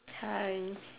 hi